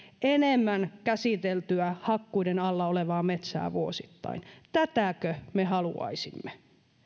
enemmän käsiteltyä hakkuiden alla olevaa metsää vuosittain tätäkö me haluaisimme